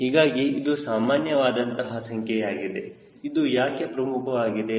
ಹೀಗಾಗಿ ಇದು ಸಾಮಾನ್ಯ ವಾದಂತಹ ಸಂಖ್ಯೆಯಾಗಿದೆ ಇದು ಯಾಕೆ ಪ್ರಮುಖವಾಗಿದೆ